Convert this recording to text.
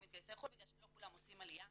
מתגייסי חו"ל בגלל שלא כולם עושים עלייה,